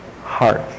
heart